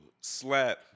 slap